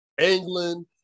England